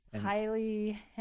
highly